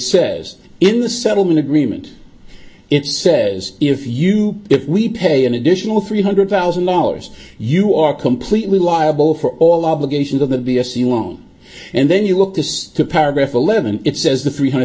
says in the settlement agreement it says if you if we pay an additional three hundred thousand dollars you are completely liable for all obligations of the b s u won't and then you look to paragraph eleven it says the three hundred